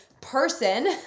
person